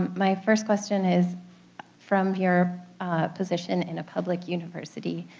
my first question is from your position in a public university,